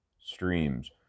streams